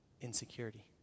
insecurity